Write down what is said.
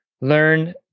learn